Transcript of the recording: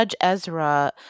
Ezra